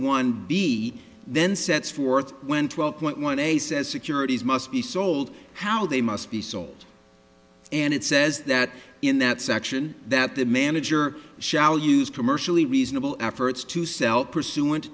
one b then sets forth when twelve point one a says securities must be sold how they must be sold and it says that in that section that the manager shall use commercially reasonable efforts to sell pursu